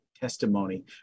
testimony